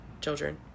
children